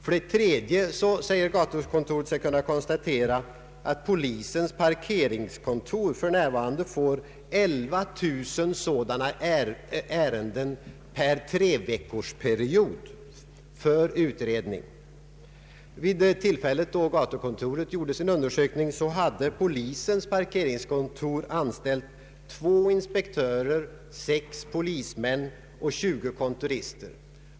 För det tredje säger sig gatukontoret kunna konstatera att polisens parkeringskontor för närvarande får 11 000 sådana ärenden per treveckorsperiod för utredning. Vid det tillfället då gatukontoret gjorde sin undersökning hade polisens parkeringskontor anställt två inspektörer, sex polismän och tjugo kontorister.